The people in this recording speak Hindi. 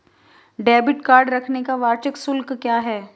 डेबिट कार्ड रखने का वार्षिक शुल्क क्या है?